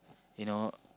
you know